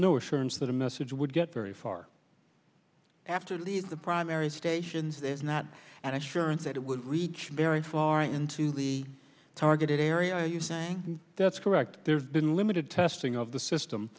no assurance that a message would get very far after leaving the primary stations is not an insurance that it would reach very far into the targeted area are you saying that's correct there's been limited testing of the system